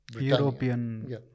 European